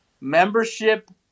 membership